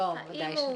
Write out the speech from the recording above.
האם הוא